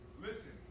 Listen